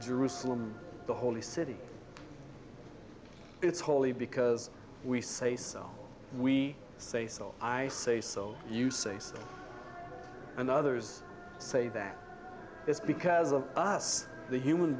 jerusalem the holy city it's holy because we say so we say so i say so you say so and others say that this because of us the human